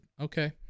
okay